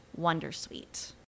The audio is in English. wondersuite